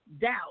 doubt